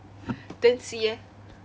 then C eh